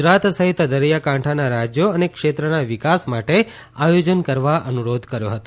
ગુજરાત સહિત દરિયાકાંઠાના રાજયો અને ક્ષેત્રના વિકાસ માટે આયોજન કરવા અનુરોધ કર્યો હતો